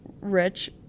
rich